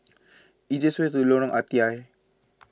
is the easiest way to Lorong Ah Thia